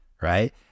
right